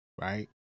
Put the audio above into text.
right